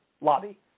lobby